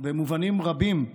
במובנים רבים,